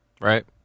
right